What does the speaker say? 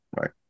right